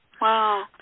Wow